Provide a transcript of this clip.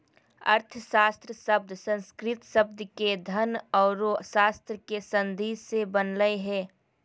अर्थशास्त्र शब्द संस्कृत शब्द के धन औरो शास्त्र के संधि से बनलय हें